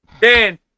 Dan